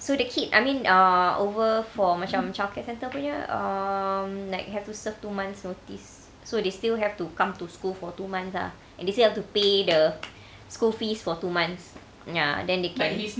so the kid I mean ah over for macam child care centre punya um like have to serve two months' notice so they still have to come to school for two months ah and they still have to pay the school fees for two months ya then they can